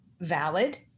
valid